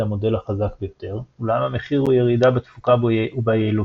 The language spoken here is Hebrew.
המודל החזק ביותר אולם המחיר הוא ירידה בתפוקה וביעילות.